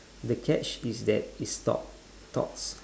the catch is that it stop talks